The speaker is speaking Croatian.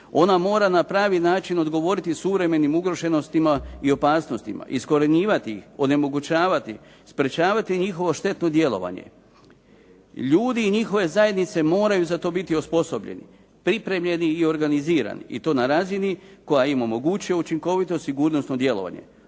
Ona mora na pravi način odgovoriti suvremenim ugroženostima i opasnostima, iskorjenjivati ih, onemogućavati, sprečavati njihovo štetno djelovanje. Ljudi i njihove zajednice moraju za to biti osposobljeni, pripremljeni i organizirani i to na razini koja im omogućuje učinkovito sigurnosno djelovanje.